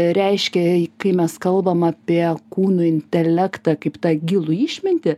reiškia kai mes kalbam apie kūnų intelektą kaip tą gilų išmintį